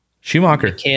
Schumacher